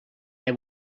they